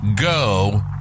go